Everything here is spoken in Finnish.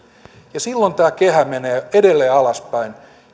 ja silloin tämä kehä menee edelleen alaspäin